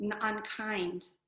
unkind